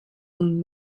und